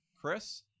Chris